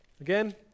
Again